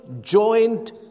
joint